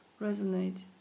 resonate